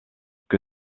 que